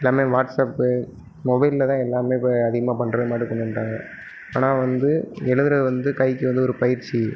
எல்லாமே வாட்ஸப்பு மொபைல்லதான் எல்லாமே இப்போ அதிகமாக பண்ணுறதுமாரி கொண்டு வந்துட்டாங்க ஆனால் வந்து எழுதுறது வந்து கைக்கு வந்து ஒரு பயிற்சி